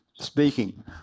speaking